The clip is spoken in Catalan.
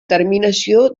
terminació